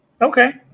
Okay